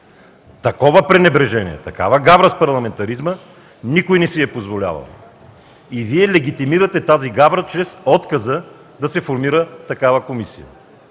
Такова пренебрежение, такава гавра с парламентаризма никой не си е позволявал. И Вие легитимирате тази гавра чрез отказа да се формира такава комисия.